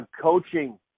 coaching